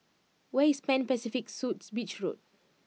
where is Pan Pacific Suites Beach Road